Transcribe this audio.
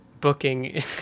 booking